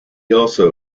also